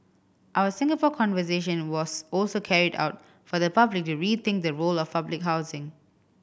our Singapore Conversation was also carried out for the public to rethink the role of public housing